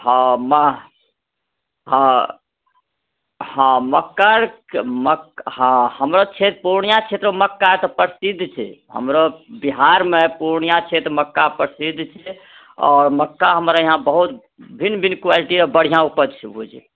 हँ मह हँ हँ मक्काके हँ हमरा क्षेत्र पूर्णिया क्षेत्रमे मक्का तऽ प्रसिद्ध छै हमरा बिहारमे पूर्णिया क्षेत्रमे मक्का प्रसिद्ध छै आओर मक्का हमरा यहाँ बहुत भिन्न भिन्न क्वालिटी आओर बढ़िआँ ऊपज छै बुझी